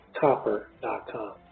copper.com